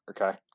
okay